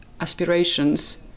aspirations